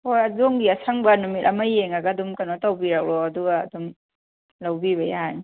ꯍꯣꯏ ꯑꯗꯣꯝꯒꯤ ꯑꯁꯪꯕ ꯅꯨꯃꯤꯠ ꯑꯃ ꯌꯦꯡꯉꯒ ꯑꯗꯨꯝ ꯀꯩꯅꯣ ꯇꯧꯕꯤꯔꯛꯂꯣ ꯑꯗꯨꯒ ꯑꯗꯨꯝ ꯂꯧꯕꯤꯕ ꯌꯥꯔꯅꯤ